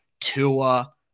Tua